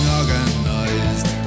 organized